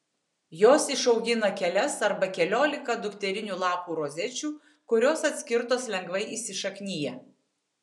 jos išaugina kelias arba keliolika dukterinių lapų rozečių kurios atskirtos lengvai įsišaknija